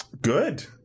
Good